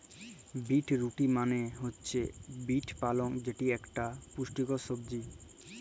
beet root মালে হছে beet পালং যেট ইকট পুষ্টিকর সবজি